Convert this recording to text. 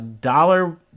Dollar